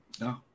No